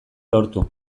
lortu